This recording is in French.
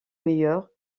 meilleures